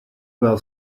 will